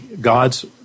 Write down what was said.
God's